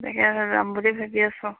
তাকে যাম বুলি ভাবি আছোঁ আৰু